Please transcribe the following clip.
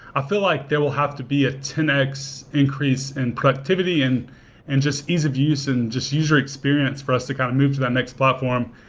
i feel like there will have to a ah ten x increase in productivity and and just ease of use and just user experience for us to kind of move to that next platform.